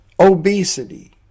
Obesity